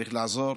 צריך לעזור,